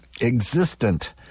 Existent